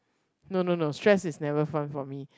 no no no stress is never fun for me